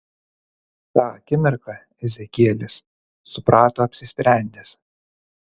tą akimirką ezekielis suprato apsisprendęs